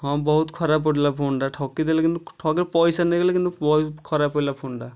ହଁ ବହୁତ ଖରାପ ପଡ଼ିଲା ଫୋନ୍ଟା ଠକିଦେଲେ କିନ୍ତୁ ପଇସା ନେଇଗଲେ କିନ୍ତୁ ଖରାପ ପଡ଼ିଲା ଫୋନ୍ଟା